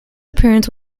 appearance